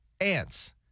ants